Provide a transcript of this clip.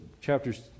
chapters